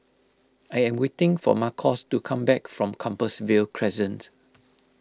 I am waiting for Marcos to come back from Compassvale Crescent